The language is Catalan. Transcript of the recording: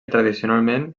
tradicionalment